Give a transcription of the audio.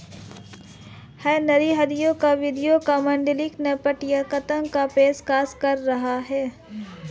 Henry Harvin वित्तीय modelling पाठ्यक्रम की पेशकश कर रहा हैं